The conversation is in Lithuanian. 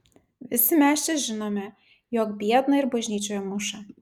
visi mes čia žinome jog biedną ir bažnyčioje muša